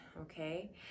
okay